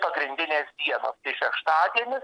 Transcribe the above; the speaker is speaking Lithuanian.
pagrindinės dienos šeštadienis